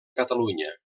catalunya